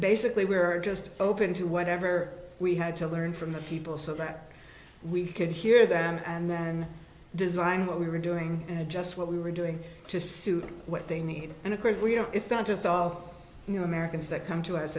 basically we were just open to whatever we had to learn from the people so that we could hear them and then design what we were doing and adjust what we were doing to suit what they need and of course we are it's not just off you know americans that come to us